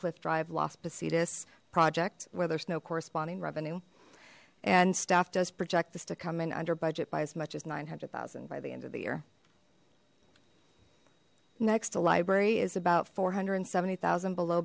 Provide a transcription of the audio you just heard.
cliff drive las positas project where there's no corresponding revenue and staff does project this to come in under budget by as much as nine hundred thousand by the end of the year next a library is about four hundred and seventy thousand below